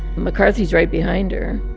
mccarthy's right behind her.